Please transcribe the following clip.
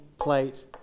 plate